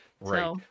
Right